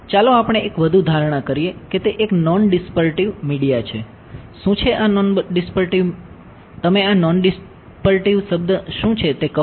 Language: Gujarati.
શું છે આ નોનડીસ્પર્ટિવ તમે આ નોનડીસ્પર્ટિવ શબ્દ શું છે તે કહો